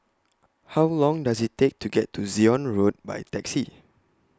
How Long Does IT Take to get to Zion Road By Taxi